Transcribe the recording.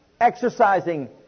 exercising